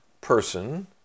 person